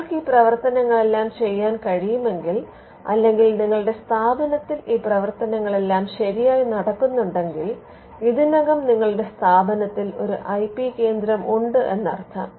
നിങ്ങൾക്ക് ഈ പ്രവർത്തനങ്ങളെല്ലാം ചെയ്യാൻ കഴിയുമെങ്കിൽ അല്ലെങ്കിൽ നിങ്ങളുടെ സ്ഥാപനത്തിൽ ഈ പ്രവർത്തനങ്ങളെല്ലാം ശരിയായി നടക്കുന്നുണ്ടെങ്കിൽ ഇതിനകം നിങ്ങളുടെ സ്ഥാപനത്തിൽ ഒരു ഐ പി കേന്ദ്രം ഉണ്ട് എന്നർത്ഥം